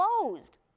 closed